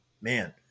Man